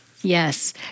Yes